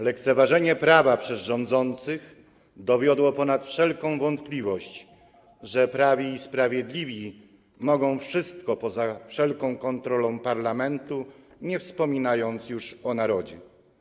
Lekceważenie prawa przez rządzących dowiodło ponad wszelką wątpliwość, że prawi i sprawiedliwi mogą wszystko, są poza wszelką kontrolą parlamentu, nie wspominając już o narodzie.